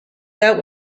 that